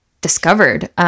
discovered